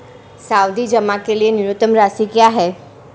सावधि जमा के लिए न्यूनतम राशि क्या है?